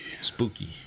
Spooky